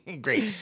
great